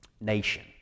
nation